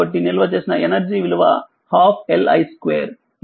కాబట్టినిల్వ చేసిన ఎనర్జీ విలువ12 L i 2